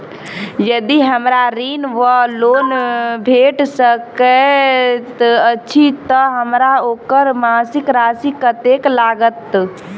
यदि हमरा ऋण वा लोन भेट सकैत अछि तऽ हमरा ओकर मासिक राशि कत्तेक लागत?